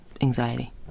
anxiety